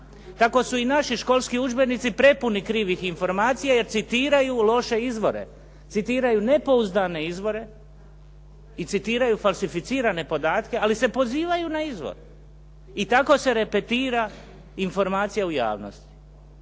Tako su i naši školski udžbenici prepuni krivih informacija jer citiraju loše izvore. Citiraju nepouzdane izvore i citiraju falsificirane podatke, ali se pozivaju na izvore. I tako se repetira informacija u javnosti.